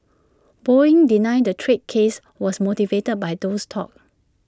boeing denied the trade case was motivated by those talks